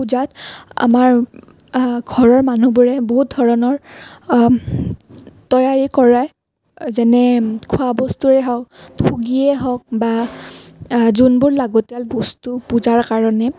পূজাত আমাৰ ঘৰৰ মানুহবোৰে বহুত ধৰণৰ তৈয়াৰী কৰায় যেনে খোৱা বস্তুৱেই হওক হওক বা যোনবোৰ লাগতিয়াল বস্তু পূজাৰ কাৰণে